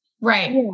Right